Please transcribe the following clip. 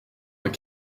d’un